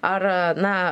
ar na